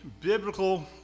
biblical